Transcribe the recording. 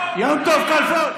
נגד יוליה מלינובסקי,